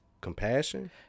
compassion